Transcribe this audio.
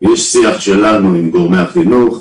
יש שיח שלנו עם גורמי החינוך.